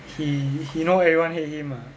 he he know everyone hate him ah